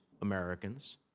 Americans